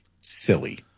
silly